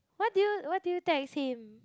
what do you what do you text him